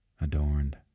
Adorned